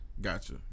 gotcha